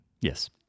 Yes